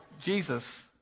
Jesus